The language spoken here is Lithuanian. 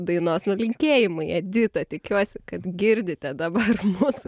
dainos linkėjimai edita tikiuosi kad girdite dabar mus